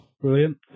brilliant